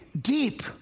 Deep